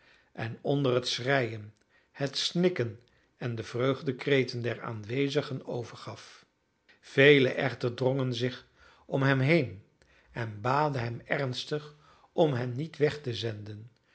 en onder het schreien het snikken en de vreugdekreten der aanwezigen overgaf velen echter drongen zich om hem heen en baden hem ernstig om hen niet weg te zenden